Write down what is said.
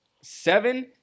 Seven